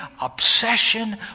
obsession